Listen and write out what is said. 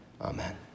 Amen